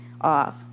off